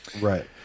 Right